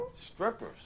Strippers